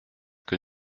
que